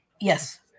Yes